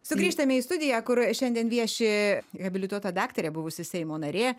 sugrįžtame į studiją kur šiandien vieši habilituota daktarė buvusi seimo narė